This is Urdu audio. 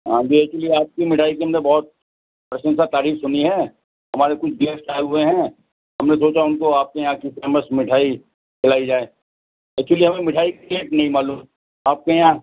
ہاں جی ایکچولی آپ کی مٹھائی ایکدم سے بہت پرشنسا تعریف سنی ہے ہمارے کچھ گیسٹ آئے ہوئے ہیں ہم نے سوچا ان کو آپ کے یہاں کی فیمس مٹھائی کھلائی جائے ایکچولی ہمیں مٹھائی کے ریٹ نہیں معلوم آپ کے یہاں